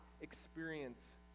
experience